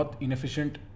inefficient